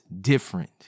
different